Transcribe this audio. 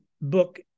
book